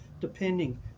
depending